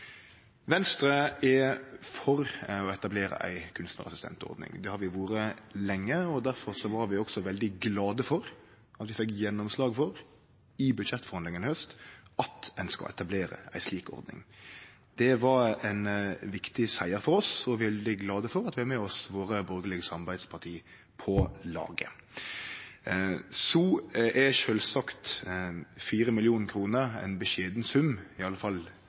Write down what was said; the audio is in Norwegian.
for å etablere ei kunstnarassistentordning. Det har vi vore lenge, og difor var vi også veldig glade for at vi i budsjettforhandlingane i haust fekk gjennomslag for at ein skal etablere ei slik ordning. Det var ein viktig siger for oss, og vi er glade for at vi har med oss våre borgarlege samarbeidsparti på laget. Så er sjølvsagt 4 mill. kr ein beskjeden sum,